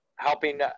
helping